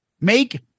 Make